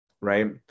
Right